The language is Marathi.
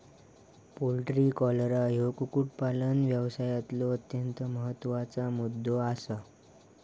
पोल्ट्री कॉलरा ह्यो कुक्कुटपालन व्यवसायातलो अत्यंत महत्त्वाचा मुद्दो आसा